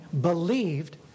believed